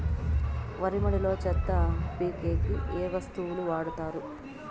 వరి మడిలో చెత్త పీకేకి ఏ వస్తువులు వాడుతారు?